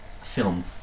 film